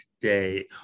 today